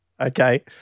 Okay